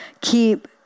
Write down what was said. keep